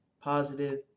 positive